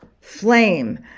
flame